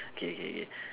K K K